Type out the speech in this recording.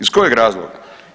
Iz kojeg razloga?